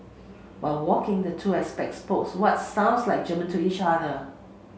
while walking the two expats spokes what sounds like German to each other